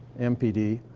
mpd,